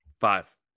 Five